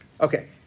Okay